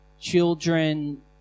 children